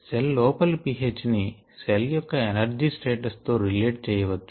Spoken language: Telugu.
సెల్ లోపలి pH ని సెల్ యొక్క ఎనర్జీ స్టేటస్ తో రిలేట్ చేయవచ్చు